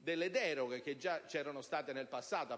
delle deroghe che erano state fornite in passato